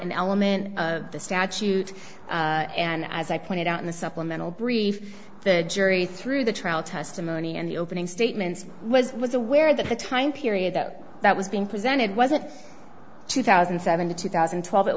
an element in the statute and as i pointed out in the supplemental brief the jury through the trial testimony and the opening statements was was aware that the time period that that was being presented wasn't two thousand and seven to two thousand and twelve it